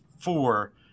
four